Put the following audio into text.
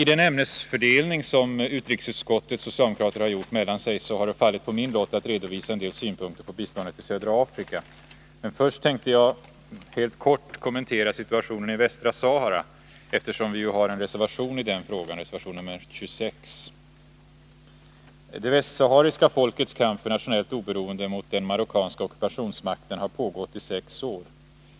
I den ämnesfördelning som utrikesutskottets socialdemokrater har gjort mellan sig har det fallit på min lott att redovisa en del synpunkter på biståndet till södra Afrika. Men först tänker jag helt kort kommentera situationen i Västra Sahara, eftersom vi har en reservation i den frågan, reservation nr 26. Det västsahariska folkets kamp för nationellt oberoende mot den marockanska ockupationsmakten har nu pågått i sex år.